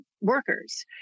Workers